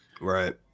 right